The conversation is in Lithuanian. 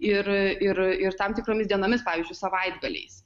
ir ir tam tikromis dienomis pavyzdžiui savaitgaliais